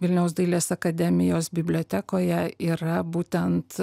vilniaus dailės akademijos bibliotekoje yra būtent